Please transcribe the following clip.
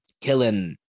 killing